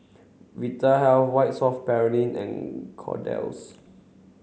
Vitahealth White soft Paraffin and Kordel's